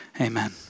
amen